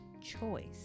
choice